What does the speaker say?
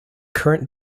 current